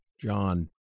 John